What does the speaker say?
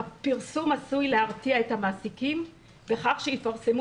הפרסום עשוי להרתיע את המעסיקים בכך שיפרסמו